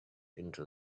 into